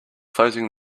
closing